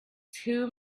two